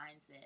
mindset